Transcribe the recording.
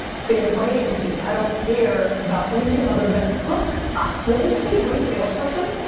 same with my agency. i don't care about anything other than, look ah what makes me a great sales person.